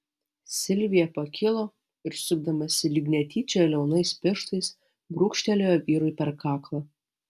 silvija pakilo ir sukdamasi lyg netyčia liaunais pirštais brūkštelėjo vyrui per kaklą